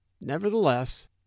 Nevertheless